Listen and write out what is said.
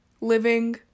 living